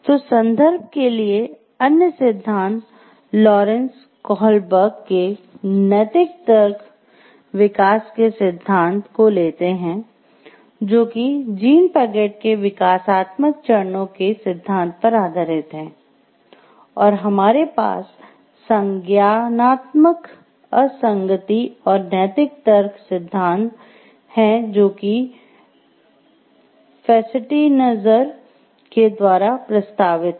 तो संदर्भ के लिए अन्य सिद्धांत लॉरेंस कोहलबर्ग के द्वारा प्रस्तावित है